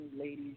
ladies